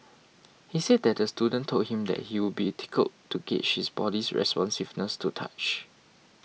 he said that the student told him that he would be tickled to gauge his body's responsiveness to touch